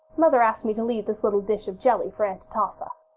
mother asked me to leave this little dish of jelly for aunt atossa.